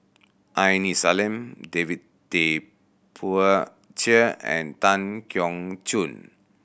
Aini Salim David Tay Poey Cher and Tan Keong Choon